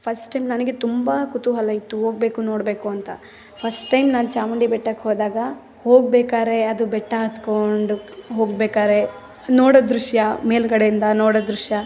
first ನನಗೆ ತುಂಬ ಕುತೂಹಲ ಇತ್ತು ಹೋಗ್ಬೇಕು ನೋಡಬೇಕು ಅಂತ ಫಸ್ಟ್ ಟೈಮ್ ನಾನು ಚಾಮುಂಡಿ ಬೆಟ್ಟಕ್ಕೆ ಹೋದಾಗ ಹೋಗ್ಬೇಕಾದ್ರೆ ಅದು ಬೆಟ್ಟ ಹತ್ಕೊಂಡು ಹೋಗ್ಬೇಕಾದ್ರೆ ನೋಡೋ ದೃಶ್ಯ ಮೇಲ್ಗಡೆಯಿಂದ ನೋಡೋ ದೃಶ್ಯ